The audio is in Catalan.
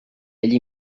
ell